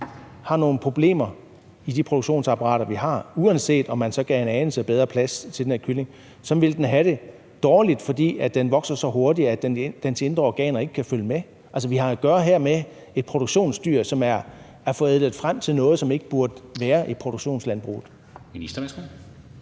har nogle problemer i de produktionsapparater, vi har. Uanset om man så gav en anelse mere plads til den her kylling, ville den have det dårligt, fordi den vokser så hurtigt, at dens indre organer ikke kan følge med. Altså, vi har her at gøre med et produktionsdyr, som er forædlet frem til noget, som ikke burde være i produktionslandbruget. Kl.